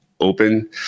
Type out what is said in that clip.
open